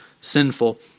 sinful